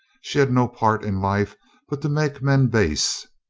she had no part in life but to make men base.